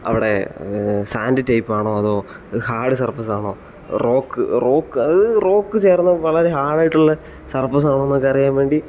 അവിടെ സാൻഡ് ടൈപ്പാണോ അതോ ഹാർഡ് സർഫസ്സാണോ റോക്ക് റോക്ക് അത് റോക്ക് ചേർന്ന വളരെ ഹാർഡായിട്ടുള്ള സർഫസ്സാണോ എന്നൊക്കെ അറിയാൻ വേണ്ടി